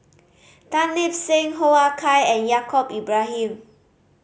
Tan Lip Seng Hoo Ah Kay and Yaacob Ibrahim